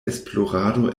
esplorado